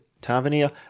Tavernier